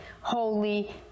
holy